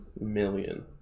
Million